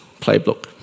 playbook